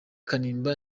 kanimba